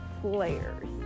players